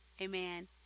Amen